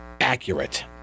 accurate